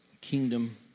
kingdom